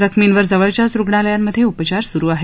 जखर्मीवर जवळच्याच रुग्णालयांमध्ये उपचार सुरु आहेत